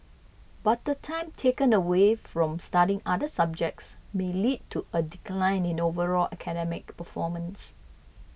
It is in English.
but the time taken away from studying other subjects may lead to a decline in overall academic performance